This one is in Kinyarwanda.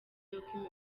uko